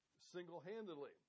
single-handedly